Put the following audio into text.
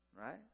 right